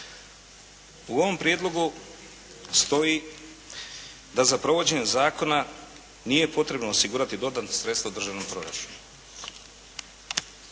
U ovom Prijedlogu stoji da za provođenje zakona nije potrebno osigurati dodatna sredstva u državnom proračunu,